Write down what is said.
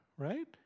right